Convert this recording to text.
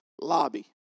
lobby